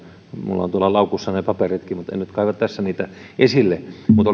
minulla on tuolla laukussa ne paperitkin mutta en nyt kaiva tässä niitä esille mutta olipa